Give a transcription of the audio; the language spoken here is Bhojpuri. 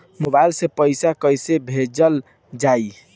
मोबाइल से पैसा कैसे भेजल जाइ?